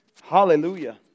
Hallelujah